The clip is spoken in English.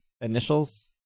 initials